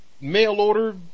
mail-order